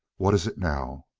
what is it now?